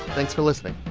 thanks for listening